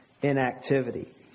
inactivity